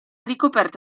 ricoperta